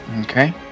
Okay